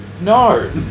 No